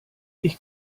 ich